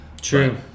True